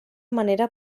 manera